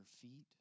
feet